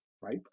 right